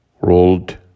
rolled